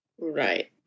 Right